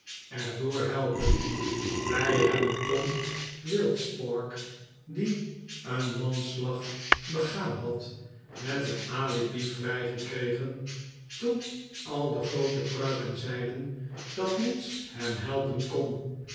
door helpen wij hebben tom wildspark die een manslag begaan had met een alibi vrij gekregen toen al de groote pruiken zeiden dat niets hem helpen kon